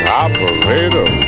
operator